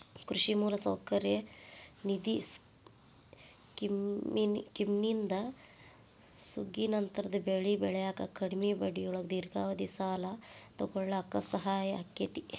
ಕೃಷಿ ಮೂಲಸೌಕರ್ಯ ನಿಧಿ ಸ್ಕಿಮ್ನಿಂದ ಸುಗ್ಗಿನಂತರದ ಬೆಳಿ ಬೆಳ್ಯಾಕ ಕಡಿಮಿ ಬಡ್ಡಿಯೊಳಗ ದೇರ್ಘಾವಧಿ ಸಾಲ ತೊಗೋಳಾಕ ಸಹಾಯ ಆಕ್ಕೆತಿ